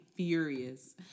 furious